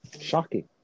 Shocking